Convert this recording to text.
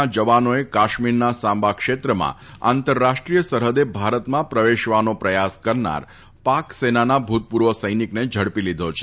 ના જવાનોએ કાશ્મીરના સાંબા ક્ષેત્રમાં આંતરરાષ્ટ્રીય સરફદે ભારતમાં પ્રવેશવાનો પ્રયાસ કરનાર પાકસેનાના ભૂતપૂર્વ સૈનિકને ઝડપી લીધો છે